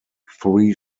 three